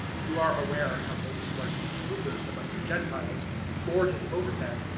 you are aware how those who are deemed rulers among the gentiles lord it over them,